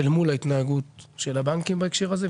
אל מול ההתנהגות של הבנקים בהקשר הזה.